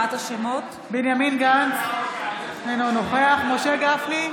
בנימין גנץ, אינו נוכח משה גפני,